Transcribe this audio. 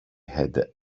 had